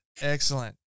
Excellent